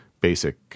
basic